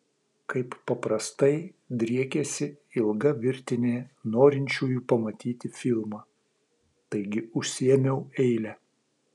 kaip paprastai driekėsi ilga virtinė norinčiųjų pamatyti filmą taigi užsiėmiau eilę